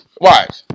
Watch